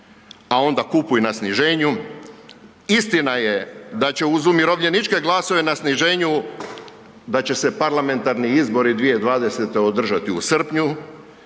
a onda kupuj na sniženju. Istina je da će uz umirovljeničke glasove na sniženju, da će se parlamentarni izbori 2020. održati u srpnju.